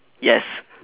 yes